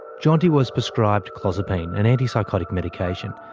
jeanti was prescribed clozapine, an antipsychotic medication.